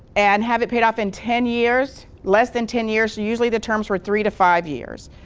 and have it paid off in ten years, less than ten years, and usually the terms were three to five years.